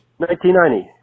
1990